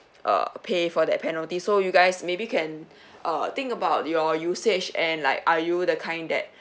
uh pay for that penalty so you guys maybe can uh thing about your usage and like are you the kind that